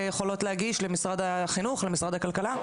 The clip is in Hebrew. יכולה להגיש למשרד החינוך ולמשרד הכלכלה?